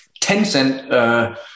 Tencent